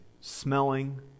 smelling